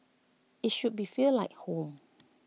IT should be feel like home